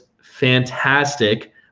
fantastic